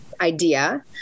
idea